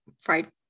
fried